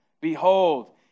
Behold